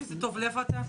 איזה טוב לב אתה.